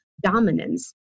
dominance